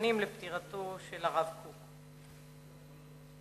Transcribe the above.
שנה לפטירתו של מרן הרב אברהם יצחק הכהן קוק